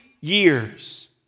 years